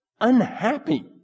unhappy